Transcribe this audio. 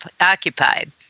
occupied